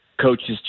coaches